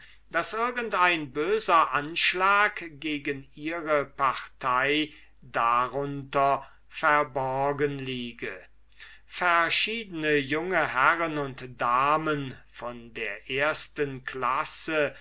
daß irgend ein böser anschlag gegen ihre partei darunter verborgen liege verschiedene junge herren und damen von der ersten classe